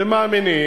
ומאמינים.